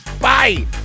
Bye